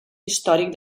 històric